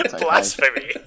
Blasphemy